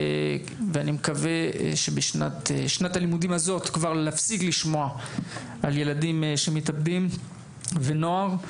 אני מקווה שבשנת הלימודים הזאת נפסיק לשמוע על ילדים ונוער שמתאבדים.